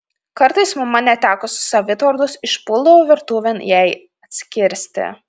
kartais mama netekusi savitvardos išpuldavo virtuvėn jai atsikirsti